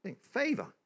favor